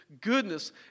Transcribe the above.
goodness